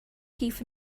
teeth